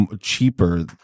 cheaper